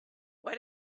why